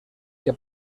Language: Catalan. que